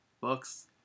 books